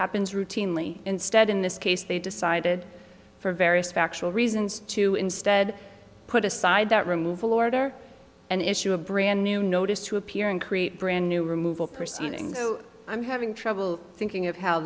happens routinely instead in this case they decided for various factual reasons to instead put aside that removal order and issue a brand new notice to appear and create brand new removal proceedings so i'm having trouble thinking of how